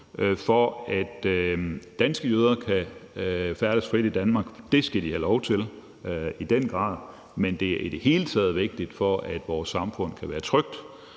for, at danske jøder kan færdes frit i Danmark. Det skal de have lov til, i den grad, men det er i det hele taget vigtigt for, at vores samfund kan være trygt,